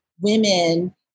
women